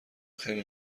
خیلی